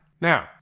Now